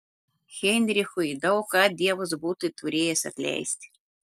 heinrichui daug ką dievas būtų turėjęs atleisti